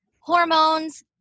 hormones